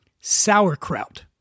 sauerkraut